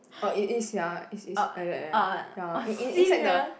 oh it is ya is is like that ya in in inside the